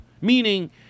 Meaning